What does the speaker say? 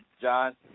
John